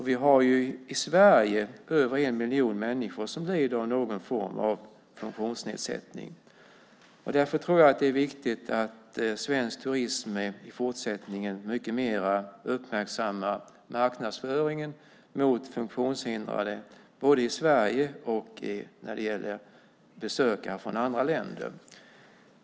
Vi har i Sverige över en miljon människor som lider av någon form av funktionsnedsättning. Därför tror jag att det är viktigt att svensk turism i fortsättningen mycket mer uppmärksammar marknadsföringen mot funktionshindrade både i Sverige och när det gäller besökare från andra länder.